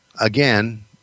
again